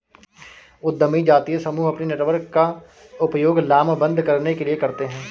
उद्यमी जातीय समूह अपने नेटवर्क का उपयोग लामबंद करने के लिए करते हैं